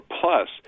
plus